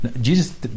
Jesus